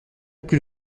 plus